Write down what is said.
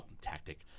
tactic